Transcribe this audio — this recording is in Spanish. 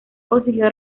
consiguió